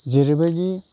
जेरैबायदि